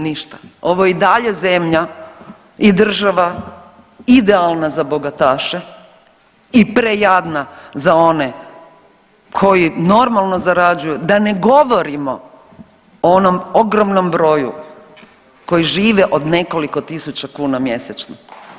Ništa, ovo je i dalje zemlja i država idealna za bogataše i prejadna za one koji normalno zarađuju, da ne govorimo o onom ogromnom broju koji žive od nekoliko tisuća kuna mjesečno.